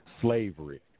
slavery